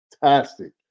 fantastic